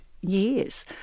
years